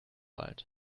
alt